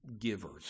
givers